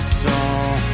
song